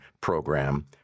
program